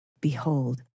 Behold